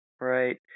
Right